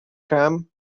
come